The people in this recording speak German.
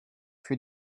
für